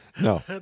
no